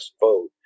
vote